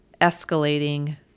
escalating